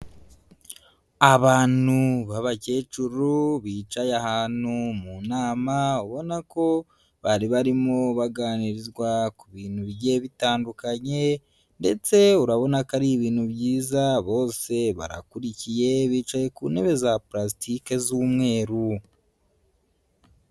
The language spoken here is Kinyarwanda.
Abantu b'abakecuru bicaye ahantu mu nama ubona ko bari barimo baganirizwa ku bintu bigiye bitandukanye ndetse urabona ko ari ibintu byiza, bose barakurikiye bicaye ku ntebe za pulasitike z'umweru.